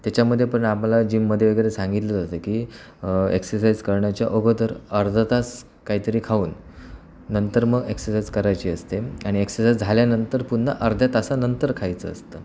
त्याच्यामध्ये पण आम्हाला जिममध्ये वगैरे सांगितलं जातं की एक्ससाईज करण्याच्या अगोदर अर्धा तास काहीतरी खाऊन नंतर मग एक्ससाईज करायची असते आणि एक्ससाईज झाल्यानंतर पुन्हा अर्धा तासानंतर खायचं असतं